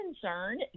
concern